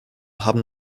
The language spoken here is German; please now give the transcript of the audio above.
haben